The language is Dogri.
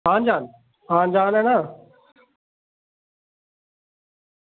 आन जान आन जान ऐ ना